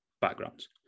backgrounds